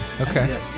Okay